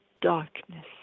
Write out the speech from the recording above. darkness